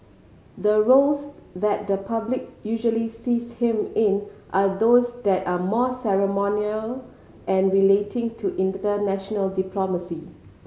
the roles that the public usually sees him in are those that are more ceremonial and relating to international diplomacy